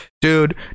dude